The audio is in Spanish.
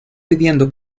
pidiendo